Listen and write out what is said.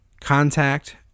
Contact